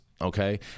Okay